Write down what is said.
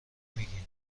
میگین